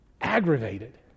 aggravated